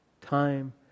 time